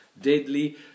deadly